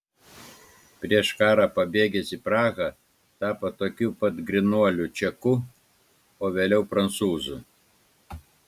prieš karą pabėgęs į prahą tapo tokiu pat grynuoliu čeku o vėliau prancūzu